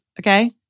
Okay